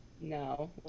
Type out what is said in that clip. No